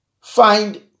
Find